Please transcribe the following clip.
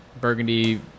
burgundy